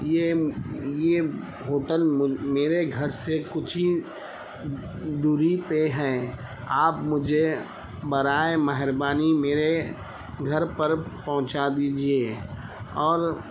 یہ یہ ہوٹل میرے گھر سے کچھ ہی دوری پہ ہے آپ مجھے برائے مہربانی میرے گھر پر پہنچا دیجیے اور